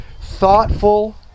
thoughtful